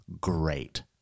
great